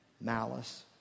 Malice